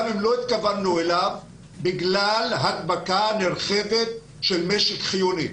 אם לא התכוונו אליו וזאת בגלל הדבקה נרחבת של משק חיוני.